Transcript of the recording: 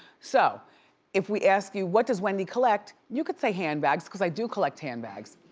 so if we ask you what does wendy collect, you could say handbags cause i do collect handbags,